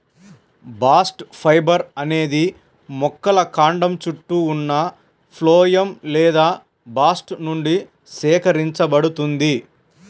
bast fibre అనేది మొక్కల కాండం చుట్టూ ఉన్న ఫ్లోయమ్ లేదా బాస్ట్ నుండి సేకరించబడుతుంది